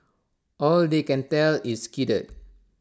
all they can tell is skidded